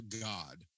God